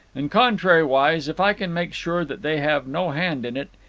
and contrariwise, if i can make sure that they have no hand in it,